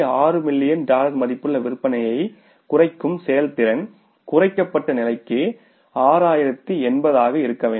6 million dollar மதிப்புள்ள விற்பனையை குறைக்கும் செயல்திறன் குறைக்கப்பட்ட நிலைக்கு 6080 ஆக இருக்க வேண்டும்